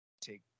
take